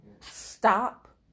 Stop